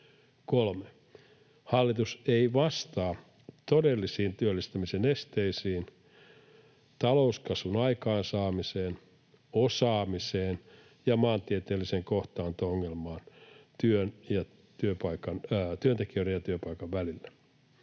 3) Hallitus ei vastaa todellisiin työllistämisen esteisiin, talouskasvun aikaansaamiseen, osaamiseen ja maantieteelliseen kohtaanto-ongelmaan työntekijöiden ja työpaikan välillä,